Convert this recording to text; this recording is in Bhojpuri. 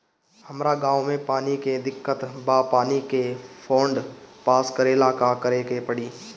हमरा गॉव मे पानी के दिक्कत बा पानी के फोन्ड पास करेला का करे के पड़ी?